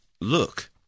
look